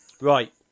Right